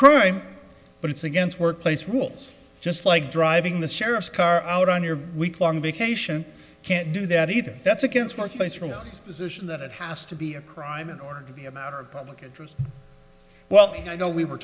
crime but it's against workplace rules just like driving the sheriff's car out on your weeklong vacation can't do that either that's against marketplace for no position that it has to be a crime in order to be a matter of public interest well you know we were